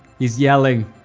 he's yelling.